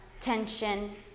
tension